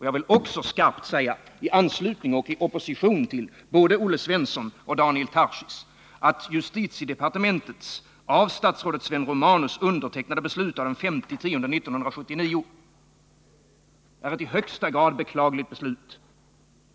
Jag vill också skarpt säga, i anslutning till vad både Olle Svensson och Daniel Tarschys sagt, och i opposition mot det, att justitiedepartementets av statsrådet Sven Romanus undertecknade beslut av den 5 oktober 1979 är ett i högsta grad beklagligt beslut.